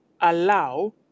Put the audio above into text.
allow